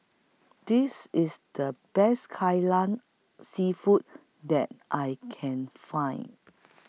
This IS The Best Kai Lan Seafood that I Can Find